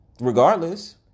regardless